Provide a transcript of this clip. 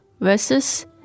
versus